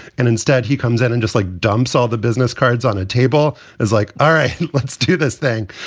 and instead, he comes out and just like dumps all the business cards on a table is like, all right, let's do this thing.